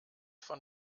von